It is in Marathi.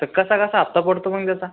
तर कसा कसा हप्ता पडतो मग त्याचा